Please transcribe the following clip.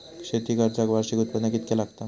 शेती कर्जाक वार्षिक उत्पन्न कितक्या लागता?